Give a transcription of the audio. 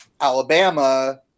Alabama